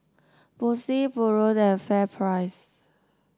Bose Pureen and FairPrice